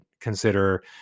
consider